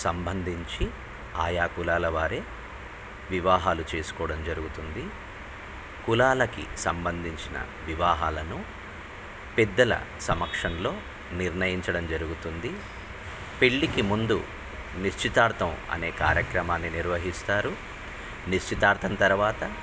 సంబంధించి ఆయా కులాల వారు వివాహాలు చేసుకోవడం జరుగుతుంది కులాలకి సంబంధించిన వివాహాలను పెద్దల సమక్షంలో నిర్ణయించడం జరుగుతుంది పెళ్ళికి ముందు నిశ్చితార్థం అనే కార్యక్రమాన్ని నిర్వహిస్తారు నిశ్చితార్థం తర్వాత